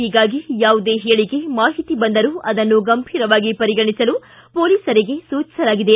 ಹೀಗಾಗಿ ಯಾವುದೇ ಹೇಳಿಕೆ ಮಾಹಿತಿ ಬಂದರೂ ಅದನ್ನು ಗಂಭೀರವಾಗಿ ಪರಿಗಣಿಸಲು ಮೋಲಿಸರಿಗೆ ಸೂಚಿಸಲಾಗಿದೆ